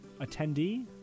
attendee